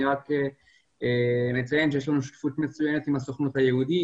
אני רק אציין שיש לנו שותפות מצוינת עם הסוכנות היהודית,